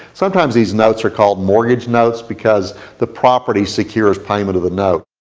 sometimes these notes are called mortgage notes because the property secures payment of the note.